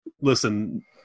listen